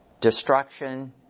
destruction